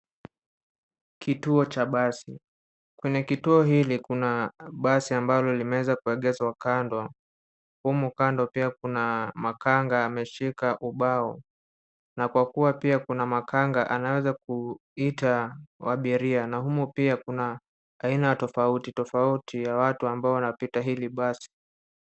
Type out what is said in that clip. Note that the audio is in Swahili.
Kituo cha basi, kwenye kituo hili kuna basi ambalo limeweza kuegezwa kando. Humu kando pia kuna makanga ameshika ubao, na kwa kuwa pia kuna makanga anaweza kuita abiria. Na humu pia kuna aina tofauti tofauti ya watu ambao wanapita hili basi.